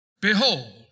behold